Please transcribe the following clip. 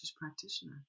practitioner